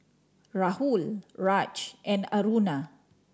Rahul Raj and Aruna